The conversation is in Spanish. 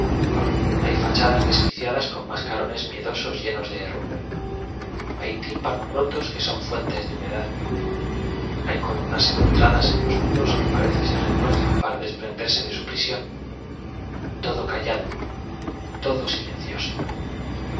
hay fachadas desquiciadas con masca rones miedosos llenos de herrumbre hay f i p tímpanos rotos que son fuentes de hume dad hay columnas empotradas en los muros que parece se retuercen para des prenderse de su prisión todo callado todo silencioso